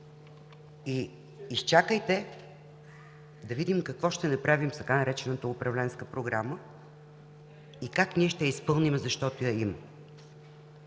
и изчакайте, за да видим какво ще направим с така наречената „Управленска програма“ и как ние ще я изпълним, защото я има.